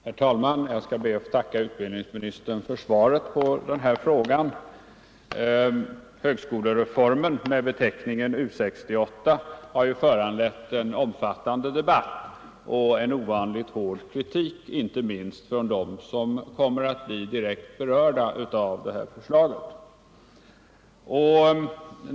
Herr talman! Jag skall be att få tacka utbildningsministern för svaret på min fråga. ”Högskolereformen”, med beteckningen U 68, har föranlett en omfattande debatt och mött en ovanligt hård kritik, inte minst från dem som kommer att bli direkt berörda av förslaget.